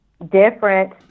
Different